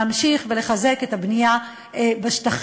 להמשיך ולחזק את הבנייה בשטחים.